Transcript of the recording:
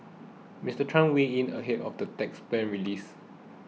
Mister Trump weighed in ahead of the tax plan's release